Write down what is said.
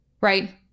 right